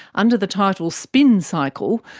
under the title spin cycle,